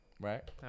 Right